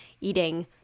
eating